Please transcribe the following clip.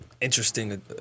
interesting